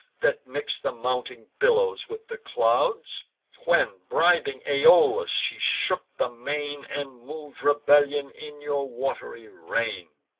that mix'd the mounting billows with the clouds when, bribing aeolus, she shook the main, and mov'd rebellion in your wat'ry reign.